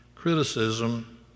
criticism